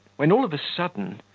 when, all of a sudden,